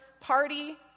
party